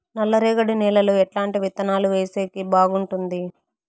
నల్లరేగడి నేలలో ఎట్లాంటి విత్తనాలు వేసేకి బాగుంటుంది?